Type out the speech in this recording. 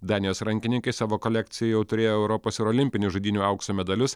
danijos rankininkai savo kolekcijoje turėjo europos ir olimpinių žaidynių aukso medalius